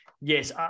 Yes